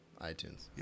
iTunes